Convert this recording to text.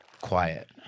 Quiet